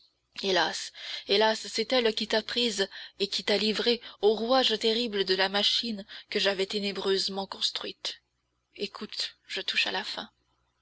hélas hélas c'est elle qui t'a prise et qui t'a livrée au rouage terrible de la machine que j'avais ténébreusement construite écoute je touche à la fin